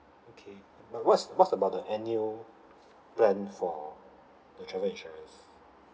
okay but what's what's about the annual plan for the travel insurance